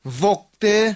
vokte